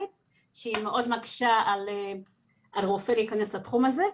שהיא מאוד מקשה על רופא להיכנס לתחום הזה.